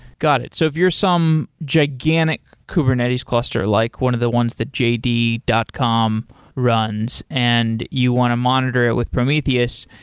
got it. so if you're some gigantic kubernetes cluster, like one of the ones the jd dot com runs and you want to monitor it with prometheus,